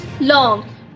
long